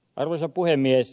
arvoisa puhemies